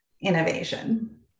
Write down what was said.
innovation